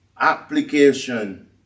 application